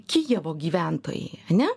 kijevo gyventojai ane